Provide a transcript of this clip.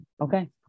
okay